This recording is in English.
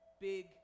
Big